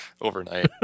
overnight